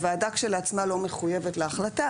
הוועדה כשלעצמה לא מחויבת להחלטה,